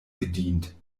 gedient